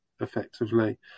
effectively